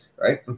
right